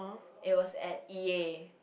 it was at E_A